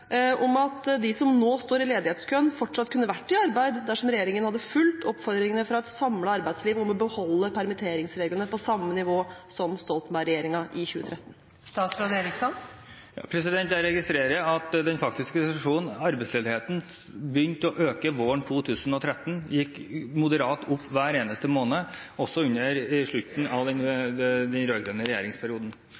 om at de som nå står i ledighetskøen, fortsatt kunne vært i arbeid dersom regjeringen hadde fulgt oppfordringene fra et samlet arbeidsliv om å beholde permitteringsreglene på samme nivå som under Stoltenberg-regjeringen i 2013? Jeg registrerer den faktiske situasjonen, at arbeidsledigheten begynte å øke våren 2013. Den gikk moderat opp hver eneste måned, også i slutten av den rød-grønne regjeringsperioden. Det